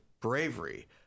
bravery